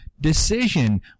decision